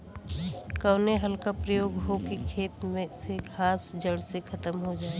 कवने हल क प्रयोग हो कि खेत से घास जड़ से खतम हो जाए?